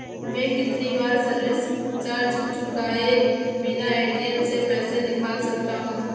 मैं कितनी बार सर्विस चार्ज चुकाए बिना ए.टी.एम से पैसे निकाल सकता हूं?